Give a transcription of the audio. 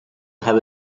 have